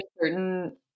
certain